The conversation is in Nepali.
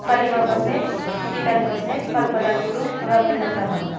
सलिमा बस्नेत विधान बस्नेत कल्पना गुरुङ रबिना तामाङ